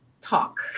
talk